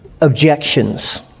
objections